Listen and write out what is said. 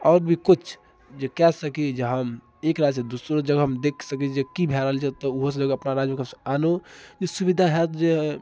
आओर भी किछु जे कए सकी जे हम एक राज्यसँ दूसरो जगह हम देखि सकैत छी जे की भए रहल छै ओतऽ ओहो सब जगह पर अपना राज्यमे बस आनु जे सुविधा होएत जे